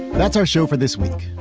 that's our show for this week.